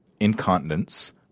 incontinence